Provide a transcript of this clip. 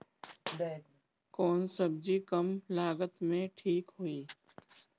कौन सबजी कम लागत मे ठिक होई?